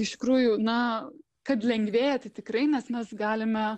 iš tikrųjų na kad lengvėja tai tikrai nes mes galime